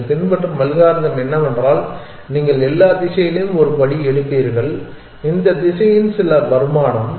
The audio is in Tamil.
நீங்கள் பின்பற்றும் அல்காரிதம் என்னவென்றால் நீங்கள் எல்லா திசையிலும் ஒரு படி எடுப்பீர்கள் இந்த திசையின் சில வருமானம்